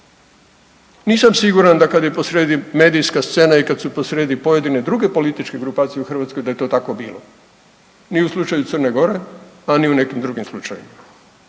Nisam siguran da kada je posrijedi medijska scena i kada su posrijedi pojedine druge političke grupacije u Hrvatskoj da je to tako bilo ni u slučaju Crne Gore, a ni u nekim drugim slučajevima,